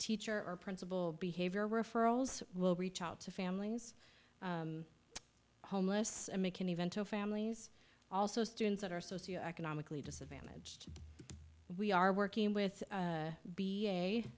teacher or principal behavior referrals will reach out to families homeless and make an event to families also students that are socio economically disadvantaged we are working with